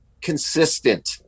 consistent